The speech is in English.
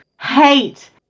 Hate